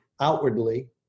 outwardly